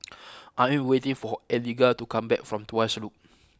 I am waiting for Eliga to come back from Tuas Loop